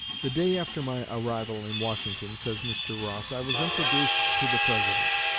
the day after my arrival in washington, says mr. ross, i was introduced to the president.